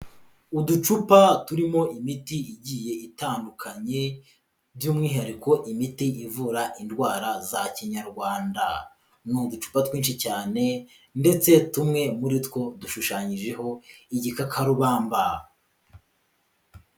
Uducupa turimo imiti igiye itandukanye by'umwihariko imiti ivura indwara za Kinyarwanda. Ni uducupa twinshi cyane ndetse tumwe muri two dushushanyijeho igikakarubamba.